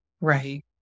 Right